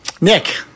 Nick